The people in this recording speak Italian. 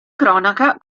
cronaca